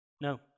No